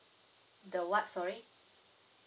the what sorry